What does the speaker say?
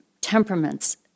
temperaments